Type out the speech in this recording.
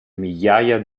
migliaia